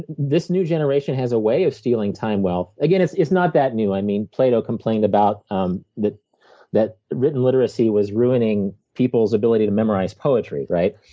this new generation has a way of stealing time wealth. again, it's it's not that new. i mean plato complained about um that that written literacy was ruining people's ability to memorize poetry, right.